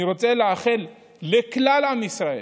אני רוצה לאחל לכלל עם ישראל